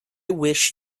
wish